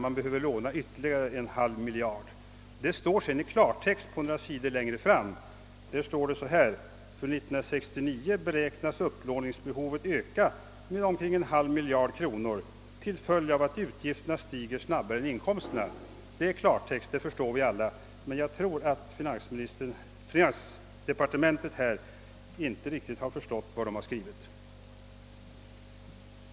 Man behöver låna ytterligare en halv miljard kronor. Detta uttrycks i klartext några sidor längre fram där det står: »För 1969 beräknas upplåningsbehovet öka med omkring en halv miljard kronor till följd av att utgifterna stiger snabbare än inkomsterna.» Detta är klartext, och det förstår vi alla, men jag tror att man inom finansdepartementet inte riktigt har förstått innebörden i sin egen skrivning.